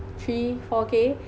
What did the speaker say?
three four K active cases